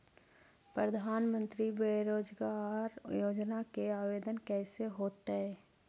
प्रधानमंत्री बेरोजगार योजना के आवेदन कैसे होतै?